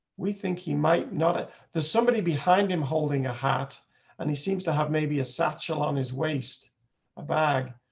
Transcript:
we think he might not. there's somebody behind him holding a hat and he seems to have maybe a satchel on his waist bag.